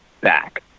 back